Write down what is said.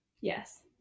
yes